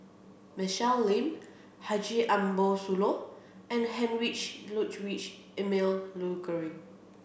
Michelle Lim Haji Ambo Sooloh and Heinrich Ludwig Emil Luering